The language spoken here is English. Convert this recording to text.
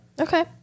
Okay